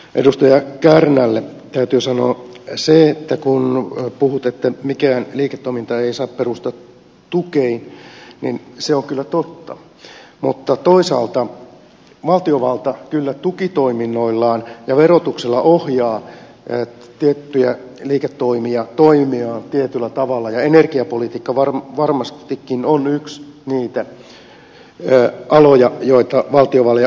edustaja kärnälle täytyy sanoa se että kun puhut että mikään liiketoiminta ei saa perustua tukiin niin se on kyllä totta mutta toisaalta valtiovalta kyllä tukitoiminnoillaan ja verotuksella ohjaa tiettyjä liiketoimia toimimaan tietyllä tavalla ja energiapolitiikka varmastikin on yksi niitä aloja joita valtiovalta ohjaa